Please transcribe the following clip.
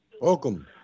Welcome